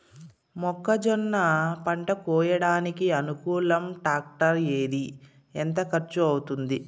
మొక్కజొన్న పంట కోయడానికి అనుకూలం టాక్టర్ ఏది? ఎంత ఖర్చు అవుతుంది?